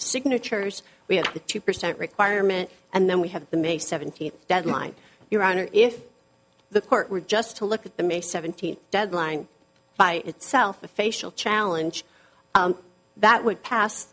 signatures we have the two percent requirement and then we have the may seventeenth deadline your honor if the court were just to look at the may seventeenth deadline by itself a facial challenge that would pass